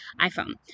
iPhone